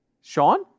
Sean